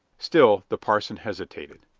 still the parson hesitated.